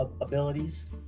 Abilities